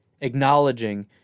acknowledging